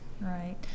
Right